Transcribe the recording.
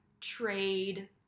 trade